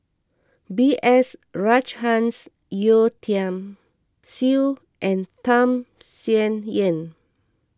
B S Rajhans Yeo Tiam Siew and Tham Sien Yen